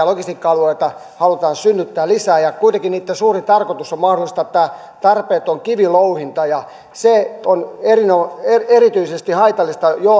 logistiikka alueita halutaan synnyttää lisää ja kuitenkin niitten suurin tarkoitus on mahdollistaa tämä tarpeeton kivilouhinta ja se on erityisesti haitallista jo